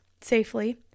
safely